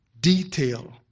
detail